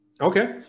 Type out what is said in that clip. Okay